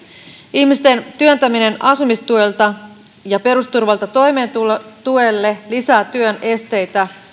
ihmisten työntäminen asumistuelta ja perusturvalta toimeentulotuelle lisää työn esteitä